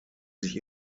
sich